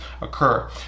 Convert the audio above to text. occur